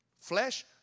Flesh